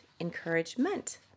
encouragement